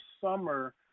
summer